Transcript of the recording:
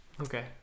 okay